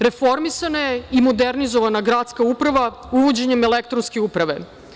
Reformisana je i modernizovana gradska uprava, uvođenjem elektronske uprave.